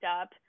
up